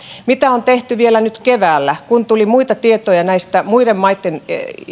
mitä on tehty vielä nyt keväällä kun tuli tietoja muiden maiden